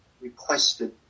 requested